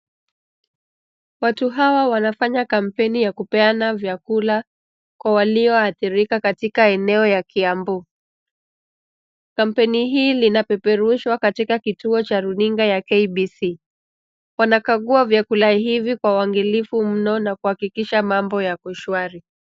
Watu hawa wanafanya kampeni ya kupeana vyakula kwa walio athirika katika eneo ya Kiambu. Kampeni hii linapeperushwa katika kituo cha runinga ya KBC. Wanakagua vyakula hivi kwa uangelifu mno na kuhakikisha mambo yako shwari.